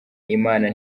imana